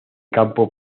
campo